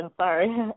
Sorry